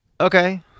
okay